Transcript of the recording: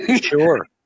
Sure